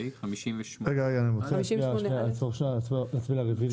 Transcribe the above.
רגע אני רוצה לעצור שנייה, נצביע על הרוויזיה.